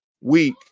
weak